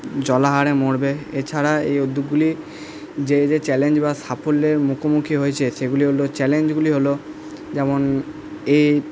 জলাহারে মরবে এছাড়া এই উদ্যোগগুলি যে যে চ্যালেঞ্জ বা সাফল্যের মুখোমুখি হয়েছে সেগুলি হলো চ্যালেঞ্জগুলি হলো যেমন এই